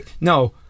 no